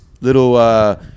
little